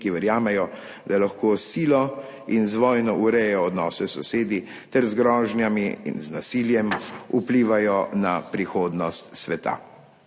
ki verjamejo, da lahko s silo in z vojno urejajo odnose s sosedi ter z grožnjami in nasiljem vplivajo na prihodnost sveta.